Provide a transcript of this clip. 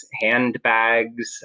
handbags